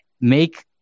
make